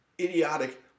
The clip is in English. idiotic